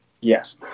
Yes